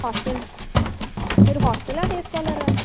hostel మీరు హాస్టలా day స్కాలరా